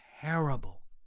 terrible